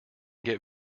get